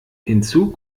hinzu